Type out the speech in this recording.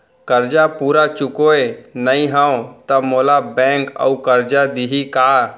करजा पूरा चुकोय नई हव त मोला बैंक अऊ करजा दिही का?